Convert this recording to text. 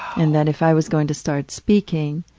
and that if i was going to start speaking,